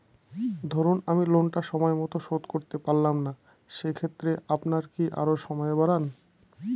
ধরুন আমি লোনটা সময় মত শোধ করতে পারলাম না সেক্ষেত্রে আপনার কি আরো সময় বাড়ান?